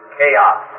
chaos